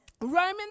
Romans